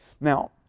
Now